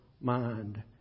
mind